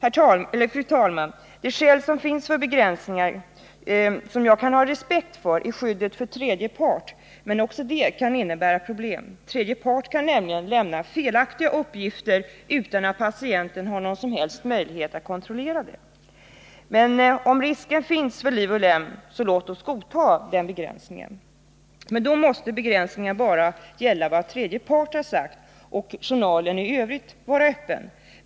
Fru talman! Det skäl för begränsningar som jag kan ha respekt för är skyddet för tredje part, men också det kan innebära problem. Tredje part kan nämligen lämna felaktiga uppgifter utan att patienten har någon som helst möjlighet att kontrollera det. Men om risk finns för liv och lem, så låt oss godta den begränsningen. Då måste emellertid begränsningen bara gälla vad tredje part har sagt och journalen i övrigt vara öppen.